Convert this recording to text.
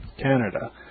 Canada